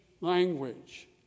language